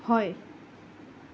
হয়